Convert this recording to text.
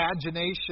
imagination